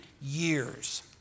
years